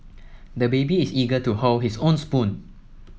the baby is eager to hold his own spoon